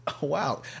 Wow